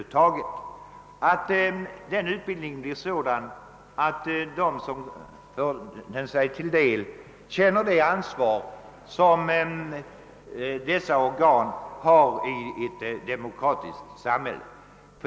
Den utbildningen bör bli sådan att de som genomgår den känner det ansvar som massmedia har i ett demokratiskt samhälle.